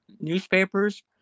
newspapers